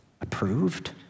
approved